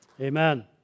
Amen